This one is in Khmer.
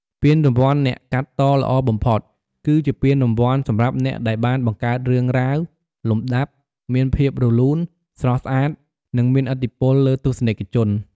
ពានរង្វាន់អ្នកកាត់តល្អបំផុត គឺជាពានរង្វាន់សម្រាប់អ្នកដែលបានបង្កើតរឿងរ៉ាវ លំដាប់ មានភាពរលូន ស្រស់ស្អាត និងមានឥទ្ធិពលលើទស្សនិកជន។